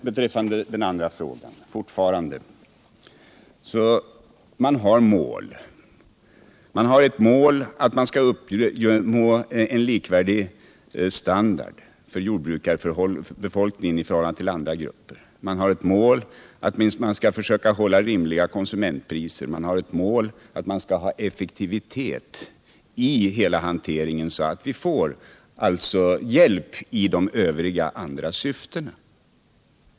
Beträffande målsättningen så har man ett mål att uppnå en standard för jordbrukarna som är likvärdig den som andra grupper har. Man har ett mål att försöka hålla rimliga konsumentpriser. Man har ett mål att ha effektivitet i hela hanteringen, så att vi får hjälp i de övriga syftena.